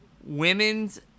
women's